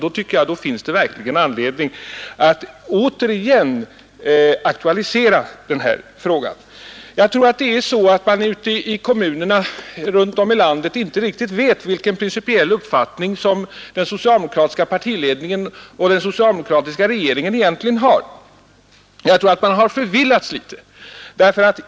Därför fanns det anledning att återigen aktualisera frågan. Jag tror att man ute i kommunerna runt om i landet inte riktigt vet vilken principiell uppfattning som den socialdemokratiska partiledningen och den socialdemokratiska regeringen egentligen har. Jag tror att man har förvillats litet.